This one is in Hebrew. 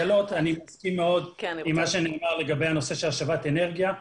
אני מסכים מאוד עם מה שנאמר לגבי הנושא של השבת אנרגיה,